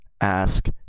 ask